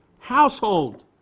Household